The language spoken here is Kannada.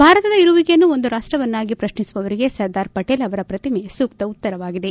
ಭಾರತದ ಇರುವಿಕೆಯನ್ನು ಒಂದು ರಾಷ್ಟವನ್ನಾಗಿ ಪ್ರಶ್ನಿಸುವವರಿಗೆ ಸರ್ದಾರ್ ಪಟೇಲ್ ಅವರ ಪ್ರತಿಮೆ ಸೂಕ್ತ ಉತ್ತರವಾಗಿದೆ